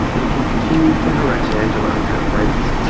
and continued to harass angela and her friends.